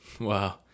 wow